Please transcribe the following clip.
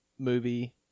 movie